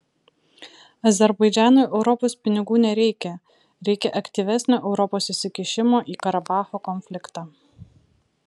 azerbaidžanui europos pinigų nereikia reikia aktyvesnio europos įsikišimo į karabacho konfliktą